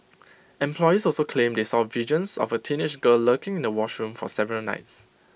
employees also claimed they saw visions of A teenage girl lurking in the wash room for several nights